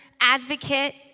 advocate